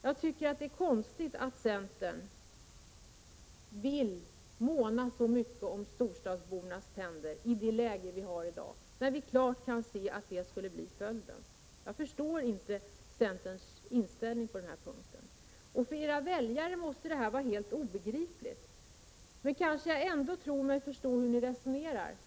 Jag tycker det är konstigt att centern med den situation vi har i dag vill måna så mycket om storstadsbornas tänder, när vi klart kan se att ett sug efter fler tandläkare till Stockholm skulle bli följden. Jag förstår inte centerns inställning på den här punkten. För era väljare måste detta vara helt obegripligt. Men jag tror mig ändå förstå hur ni resonerar.